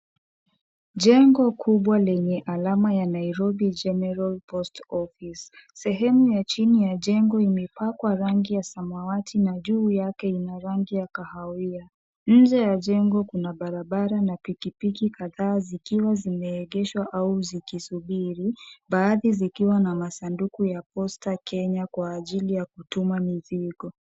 Jengo kubwa lenye alama ya Nairobi General Post Office. Sehemu ya chini ya jengo imepakwa rangi ya samawati na juu yake ina rangi ya kahawia. Nje ya jengo kuna barabara na pikipiki kadhaa zikiwa zimeegeshwa au zikisubiri, baadhi zikiwa na masanduku ya Posta Kenya kwa ajili ya kutuma mizigo.